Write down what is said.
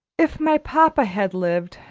if my papa had lived,